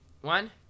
One